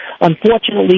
unfortunately